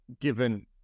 given